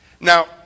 Now